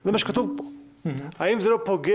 זה מה שכתוב פה האם זה לא פוגע